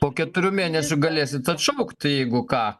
po keturių mėnesių galėsit atšaukti jeigu ką